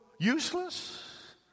useless